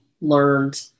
learned